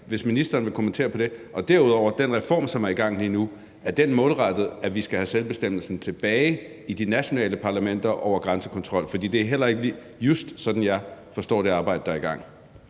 Vil ministeren kommentere på det? Derudover: Er den reform, som er i gang lige nu, målrettet, at vi skal have selvbestemmelsen over grænsekontrol tilbage i de nationale parlamenter? For det er heller ikke just sådan, jeg forstår det arbejde, der er i gang.